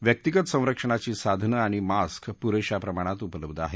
व्यक्तिगतसंरक्षणाची साधनं आणि मास्क पुरेशा प्रमाणात उपलब्ध आहेत